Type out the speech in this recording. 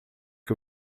que